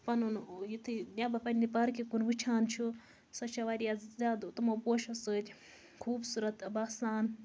پَنُن یِتھُے یا بہٕ پَنٕنہِ پارکہِ کُن وُچھان چھُ سۄ چھےٚ واریاہ زیادٕ تِمو پوشَو سۭتۍ خوٗبصوٗرت باسان